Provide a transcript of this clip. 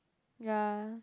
ya